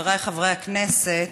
חבריי חברי הכנסת,